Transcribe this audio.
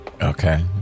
Okay